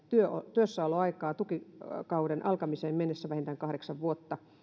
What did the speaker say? työssäoloaikaa tukikauden alkamiseen mennessä vähintään kahdeksan vuotta